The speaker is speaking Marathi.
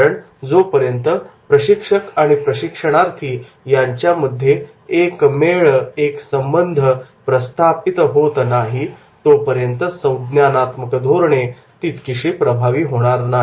कारण जोपर्यंत प्रशिक्षक आणि प्रशिक्षणार्थी यांच्यामध्ये एक मेळ एक संबंध प्रस्थापित होत नाही तोपर्यंत संज्ञानात्मक धोरणे तितकीशी प्रभावी होणार नाही